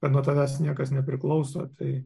kad nuo tavęs niekas nepriklauso tai